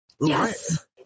Yes